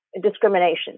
discrimination